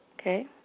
Okay